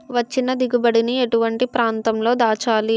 వచ్చిన దిగుబడి ని ఎటువంటి ప్రాంతం లో దాచాలి?